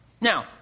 Now